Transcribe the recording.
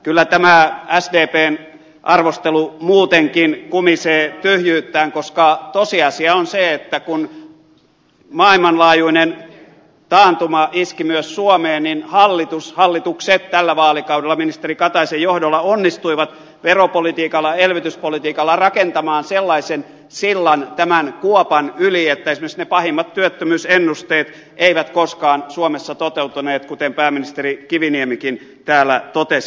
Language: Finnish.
kyllä tämä sdpn arvostelu muutenkin kumisee tyhjyyttään koska tosiasia on se että kun maailmanlaajuinen taantuma iski myös suomeen hallitukset tällä vaalikaudella ministeri kataisen johdolla onnistuivat veropolitiikalla elvytyspolitiikalla rakentamaan sellaisen sillan tämän kuopan yli että esimerkiksi ne pahimmat työttömyysennusteet eivät koskaan suomessa toteutuneet kuten pääministeri kiviniemikin täällä totesi